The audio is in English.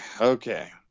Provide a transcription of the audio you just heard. Okay